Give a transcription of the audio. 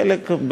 וחלק,